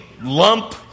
lump